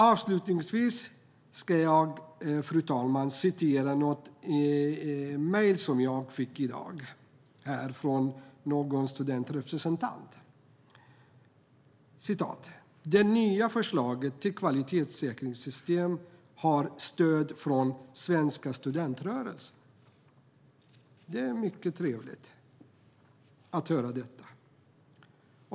Avslutningsvis ska jag läsa upp ur ett mejl jag fick i dag från en studentrepresentant: Det nya förslaget till kvalitetssäkringssystem har stöd av svenska studentrörelsen. Det är mycket trevligt att höra detta.